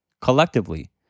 Collectively